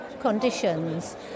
conditions